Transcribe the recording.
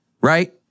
right